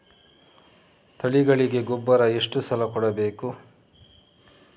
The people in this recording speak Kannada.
ತಳಿಗಳಿಗೆ ಗೊಬ್ಬರ ಎಷ್ಟು ಸಲ ಕೊಡಬೇಕು?